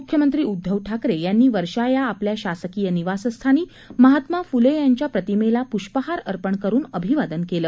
मुख्यमंत्री उद्धव ठाकरे यांनी वर्षा या आपल्या शासकीय निवासस्थानी महात्मा फुले यांच्या प्रतिमेला पुष्पहार अर्पण करून अभिवादन केलं